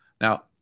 Now